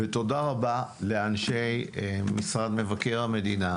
תודה רבה לאנשי משרד מבקר המדינה,